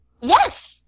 Yes